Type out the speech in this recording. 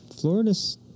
Florida's